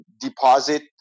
deposit